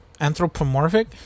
anthropomorphic